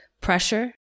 pressure